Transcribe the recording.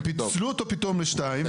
הם פיצלו אותו פתאום לשתיים,